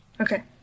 Okay